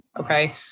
okay